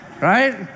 right